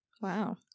Wow